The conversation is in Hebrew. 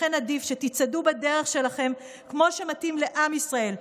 לכן עדיף שתצעדו בדרך שלכם כמו שמתאים לעם ישראל,